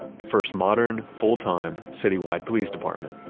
the first modern full-time citywide police department.